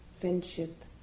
friendship